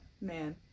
Man